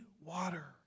water